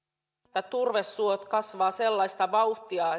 että turvesuot kasvavat sellaista vauhtia